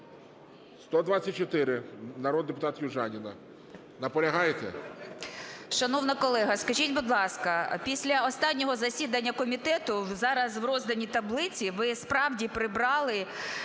124, народний депутат Южаніна. Наполягаєте?